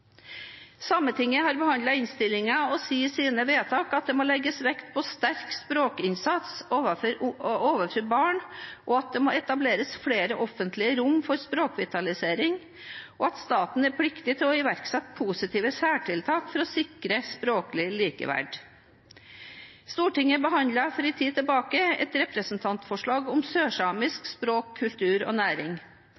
Sametinget har behandlet innstillingen og sier i sine vedtak at det må legges vekt på sterk språkinnsats overfor barn, at det må etableres flere offentlige rom for språkvitalisering, og at staten er pliktig til å iverksette positive særtiltak for å sikre språklig likeverd. Stortinget behandlet for en tid tilbake et representantforslag om sørsamisk